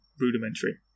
rudimentary